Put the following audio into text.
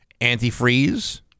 antifreeze